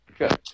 Okay